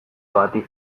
bati